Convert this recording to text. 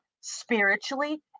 spiritually